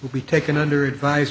will be taken under advi